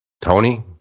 Tony